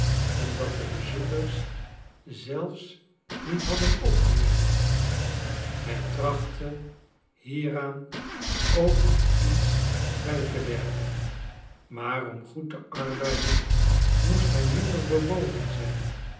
en dat de bezoekers zelfs niet hadden opgemerkt hij trachtte hieraan ook nog iets bij te werken maar om goed te arbeiden moest hij minder bewogen zijn